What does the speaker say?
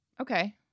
Okay